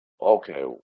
Okay